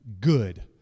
good